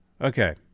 Okay